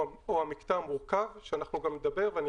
הוא המקטע המורכב שאנחנו גם נדבר עליו ואני